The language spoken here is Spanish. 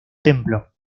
templo